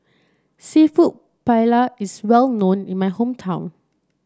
seafood Paella is well known in my hometown